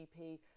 GP